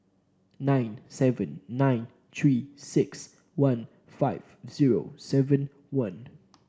nine seven nine Three six one five zero seven one